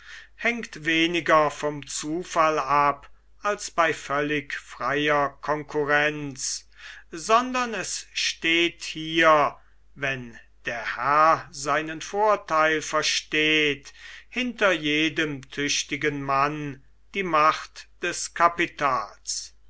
hängt weniger vom zufall ab als bei völlig freier konkurrenz sondern es steht hier wenn der herr seinen vorteil versteht hinter jedem tüchtigen mann die macht des kapitals